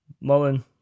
Mullen